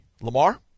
Lamar